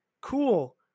cool